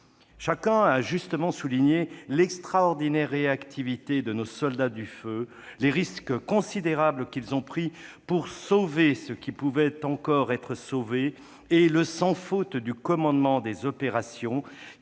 Chacun a justement souligné l'extraordinaire réactivité de nos soldats du feu, les risques considérables qu'ils ont pris pour sauver ce qui pouvait encore l'être et le « sans-faute » du commandement des opérations,